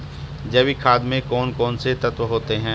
जैविक खाद में कौन कौन से तत्व होते हैं?